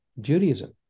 Judaism